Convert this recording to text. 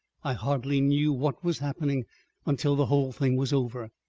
i hardly knew what was happening until the whole thing was over.